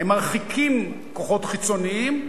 הם מרחיקים כוחות חיצוניים,